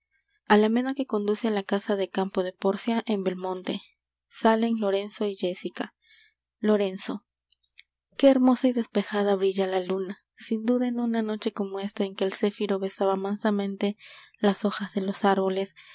alameda que conduce á la casa de campo de pórcia en belmonte salen lorenzo y jéssica lorenzo qué hermosa y despejada brilla la luna sin duda en una noche como esta en que el céfiro besaba mansamente las hojas de los árboles